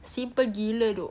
simple gila dok